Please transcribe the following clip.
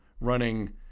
running